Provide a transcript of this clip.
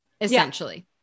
essentially